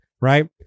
right